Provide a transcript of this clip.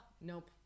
Nope